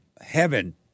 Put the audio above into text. heaven